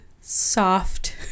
soft